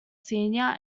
senior